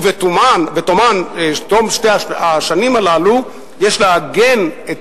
ובתום שתי השנים הללו יש לעגן את